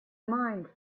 mind